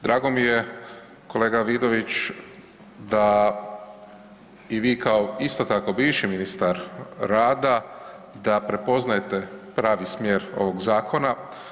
Drago mi je kolega Vidović da i vi kao isto tako bivši ministar rada da prepoznajte pravi smjer ovog zakona.